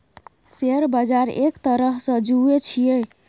share बजार एक तरहसँ जुऐ छियै